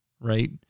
Right